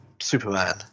Superman